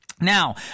Now